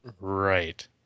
Right